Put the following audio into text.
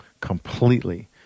completely